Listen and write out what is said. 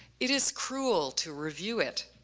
it is cruel to review it.